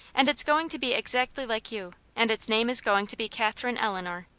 and it's going to be exactly like you, and its name is going to be katherine eleanor.